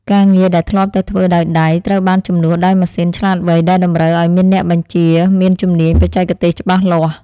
ការងារដែលធ្លាប់តែធ្វើដោយដៃត្រូវបានជំនួសដោយម៉ាស៊ីនឆ្លាតវៃដែលតម្រូវឱ្យមានអ្នកបញ្ជាមានជំនាញបច្ចេកទេសច្បាស់លាស់។